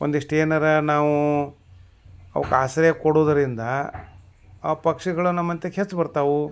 ಒಂದಿಷ್ಟು ಏನಾರೂ ನಾವು ಅವ್ಕೆ ಆಶ್ರಯ ಕೊಡುವುದ್ರಿಂದ ಆ ಪಕ್ಷಿಗಳು ನಮ್ಮಂತಿಕ್ ಹೆಚ್ಚು ಬರ್ತವೆ